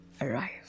arrive